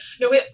No